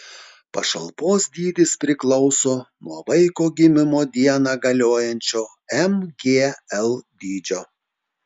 pašalpos dydis priklauso nuo vaiko gimimo dieną galiojančio mgl dydžio